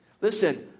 Listen